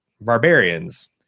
barbarians